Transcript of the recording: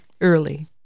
early